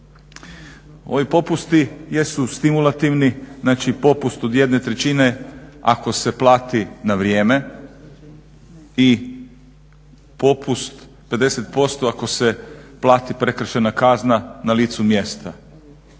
Ovi popusti jesu stimulativni, znači popust od 1/3 ako se plati na vrijeme i popust 50% ako se plati prekršajna kazna na licu mjesta.